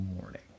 morning